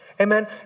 Amen